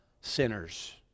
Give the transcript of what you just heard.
sinners